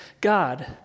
God